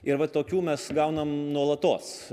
ir vat tokių mes gaunam nuolatos